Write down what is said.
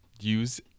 use